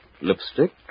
Lipstick